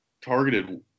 targeted